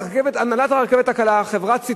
הנהלת הרכבת הקלה, חברת "סיטיפס",